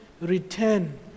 return